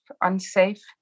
unsafe